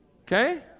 Okay